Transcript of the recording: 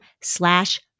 slash